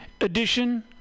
edition